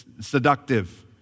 seductive